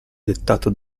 dettata